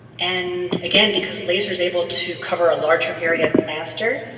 and again because laser is able to cover a larger area faster,